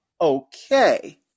okay